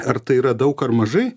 ar tai yra daug ar mažai